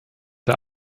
der